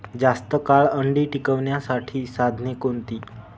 जास्त काळ अंडी टिकवण्यासाठी साधने कोणती?